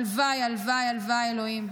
הלוואי, הלוואי, הלוואי, אלוהים.